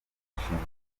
inshingano